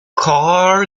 car